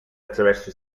attraverso